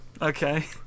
Okay